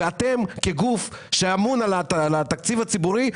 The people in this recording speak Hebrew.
ואתם כגוף שאמון על התקציב הציבורי,